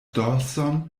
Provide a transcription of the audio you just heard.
dorson